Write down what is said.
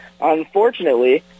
unfortunately